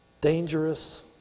dangerous